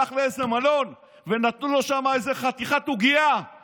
אולי הלך לאיזה מלון ונתנו לו שם איזו חתיכת עוגייה,